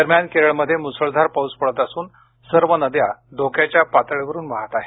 दरम्यान केरळमध्ये मुसळधार पाऊस पडत असून सर्व नद्या धोक्याच्या पातळीवरून वाहत आहेत